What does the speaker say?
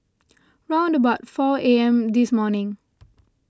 round about four A M this morning